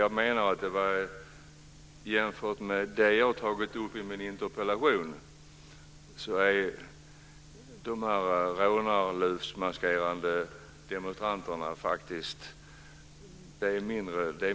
I jämförelse med det jag har tagit upp i min interpellation är dessa rånarluvsmaskerade demonstranter något som är mindre värt.